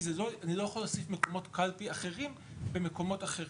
כי אני לא יכול להוסיף מקומות קלפי אחרים במקומות אחרים.